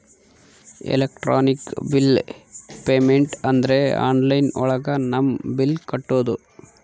electronic bill payment ಅಂದ್ರೆ online ಒಳಗ ನಮ್ ಬಿಲ್ ಕಟ್ಟೋದು